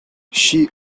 she